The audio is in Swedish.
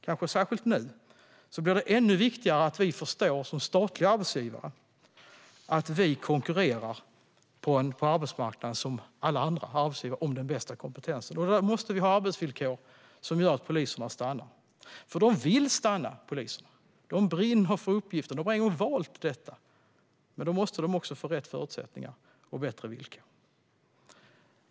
Det blir då ännu viktigare att vi som statlig arbetsgivare förstår att vi som alla andra arbetsgivare konkurrerar på arbetsmarknaden om den bästa kompetensen. Därför måste vi ha arbetsvillkor som gör att poliserna stannar. För de vill stanna och brinner för uppgiften - de har ju valt detta - men de måste få rätt förutsättningar och bättre villkor.